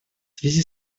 связи